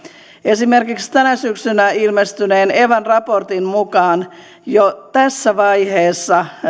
esimerkiksi tänä syksynä ilmestyneen evan raportin mukaan jo tässä vaiheessa